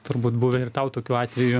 turbūt buvę ir tau tokių atvejų